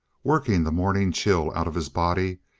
working the morning chill out of his body,